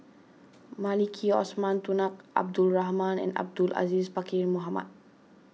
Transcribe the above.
Maliki Osman Tunku Abdul Rahman Abdul Aziz Pakkeer Mohamed